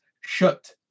shut